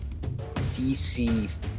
DC